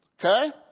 Okay